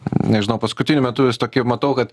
nežinau paskutiniu metu vis tokį matau kad